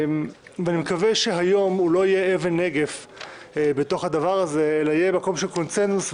אני מקווה שהיום הוא לא יהיה אבן נגף אלא יהיה מקום של קונצנזוס,